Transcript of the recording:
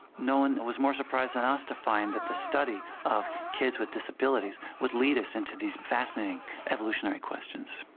no one was more surprised than us to find that the study of kids with disabilities would lead us into these fascinating evolutionary questions.